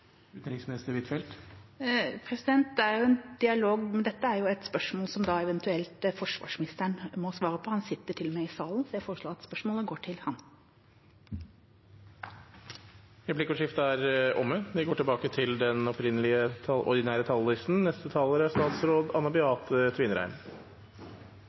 Det er jo en dialog, men dette er et spørsmål som eventuelt forsvarsministeren må svare på. Han sitter til og med i salen, så jeg foreslår at spørsmålet går til ham. Replikkordskiftet er omme. Når man lytter til